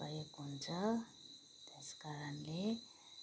भएको हुन्छ त्यस कारणले